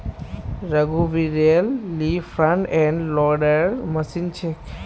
रघुवीरेल ली front end loader machine छेक